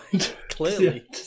clearly